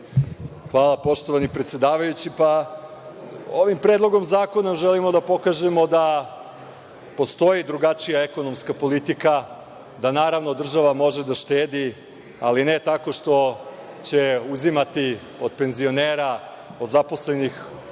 Hvala poštovani predsedavajući. Ovim Predlogom zakona želimo da pokažemo da postoji drugačija ekonomska politika, da naravno država može da štedi, ali ne tako što će uzimati od penzionera, od zaposlenik